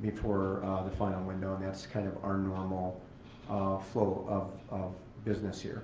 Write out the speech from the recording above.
before the final window and that's kind of our normal flow of of business here.